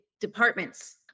departments